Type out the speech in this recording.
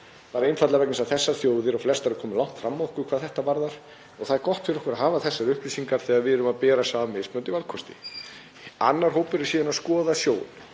er einfaldlega vegna þess að þessar þjóðir og flestar aðrar eru komnar langt fram úr okkur hvað þetta varðar og það er gott fyrir okkur að hafa þessar upplýsingar þegar við erum að bera saman mismunandi valkosti. Annar hópurinn er að skoða sjóinn,